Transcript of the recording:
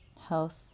health